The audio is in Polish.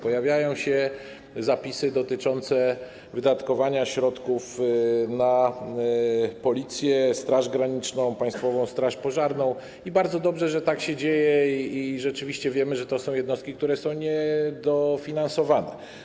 Pojawiają się zapisy dotyczące wydatkowania środków na Policję, Straż Graniczną, Państwową Straż Pożarną - i bardzo dobrze, że tak się dzieje; rzeczywiście wiemy, że to są jednostki, które są niedofinansowane.